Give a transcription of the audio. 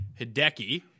Hideki